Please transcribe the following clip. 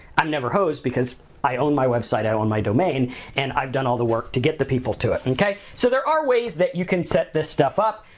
i'm never hosed because i own my website, i own my domain and i've done all the work to get the people to it, okay? so, there are ways you can set this stuff up.